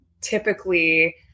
typically